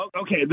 Okay